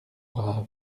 brave